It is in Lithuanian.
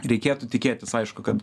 reikėtų tikėtis aišku kad